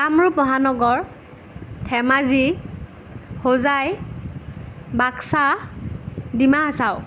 কামৰূপ মহানগৰ ধেমাজি হোজাই বাক্সা ডিমা হাচাও